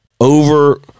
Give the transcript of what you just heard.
over